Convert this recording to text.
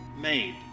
Made